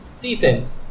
decent